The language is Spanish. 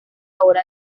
hora